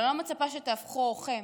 אני לא מצפה שתהפכו את עורכם,